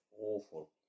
awful